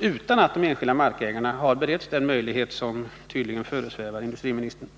utan att de enskilda markägarna har beretts den möjlighet som tydligen föresvävar industriministern.